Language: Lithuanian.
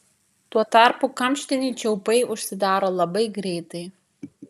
tuo tarpu kamštiniai čiaupai užsidaro labai greitai